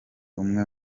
umwe